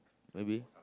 maybe